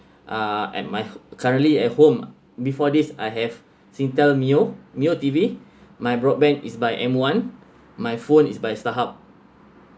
ah at my currently at home before this I have singtel mio mio T_V my broadband is by m one my phone is by starhub